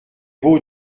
beau